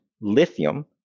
lithium